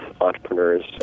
entrepreneurs